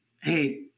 hey